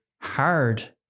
hard